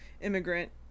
immigrant